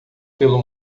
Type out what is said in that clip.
pelo